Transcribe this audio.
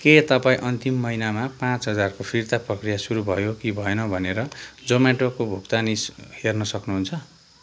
के तपाईँ अन्तिम महिनामा पाचँ हजारको फिर्ता प्रक्रिया सुरु भयो कि भएन भनेर जोम्याटोको भुकतानी हेर्न सक्नुहुन्छ